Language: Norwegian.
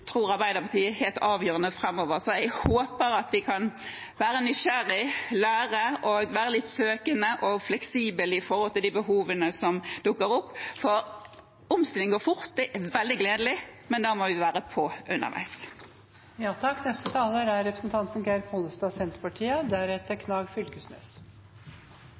tror Arbeiderpartiet er helt avgjørende framover. Så jeg håper at vi kan være nysgjerrige, lære og være litt søkende og fleksible når det gjelder de behovene som dukker opp, for omstilling går fort, og det er veldig gledelig, men da må vi være på